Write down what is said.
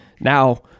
Now